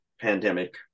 pandemic